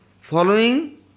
following